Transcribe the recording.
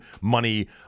money